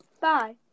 Bye